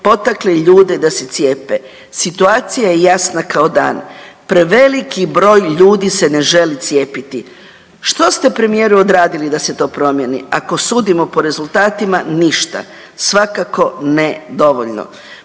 potakle ljude da se cijepe. Situacija je jasna kao dan. Preveliki broj ljudi se ne želi cijepiti. Što ste, premijeru, odradili da se to promjeni? Ako sudimo po rezultatima, ništa. Svakako ne dovoljno.